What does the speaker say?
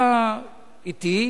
אתה אתי,